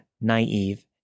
naive